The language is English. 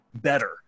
better